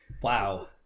Wow